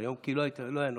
מסדר-היום כי לא היה נוכח.